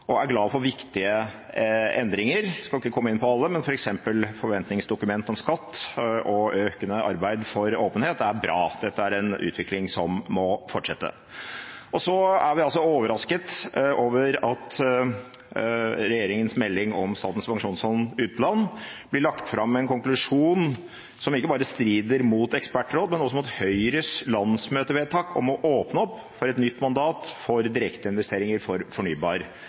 og er glad for viktige endringer. Jeg skal ikke komme inn på alle, men f.eks. et forventningsdokument om skatt og økende arbeid for åpenhet er bra. Dette er en utvikling som må fortsette. Så er vi overrasket over at regjeringens melding om Statens pensjonsfond utland blir lagt fram med en konklusjon som ikke bare strider mot ekspertråd, men også mot Høyres landsmøtevedtak om å åpne opp for et nytt mandat for direkteinvesteringer for fornybar